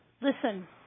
Listen